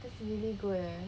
that's really good eh